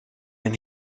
een